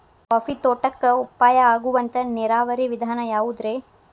Coffee ತೋಟಕ್ಕ ಉಪಾಯ ಆಗುವಂತ ನೇರಾವರಿ ವಿಧಾನ ಯಾವುದ್ರೇ?